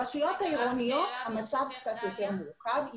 ברשויות העירוניות המצב קצת יותר מורכב,